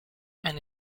and